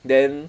then